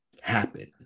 happen